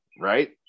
right